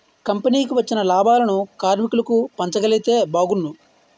కంపెనీకి వచ్చిన లాభాలను కార్మికులకు పంచగలిగితే బాగున్ను